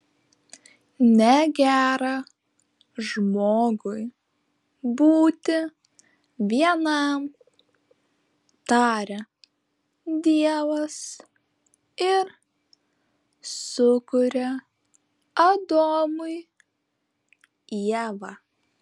negera žmogui būti vienam taria dievas ir sukuria adomui ievą